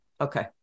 okay